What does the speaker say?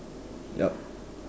yup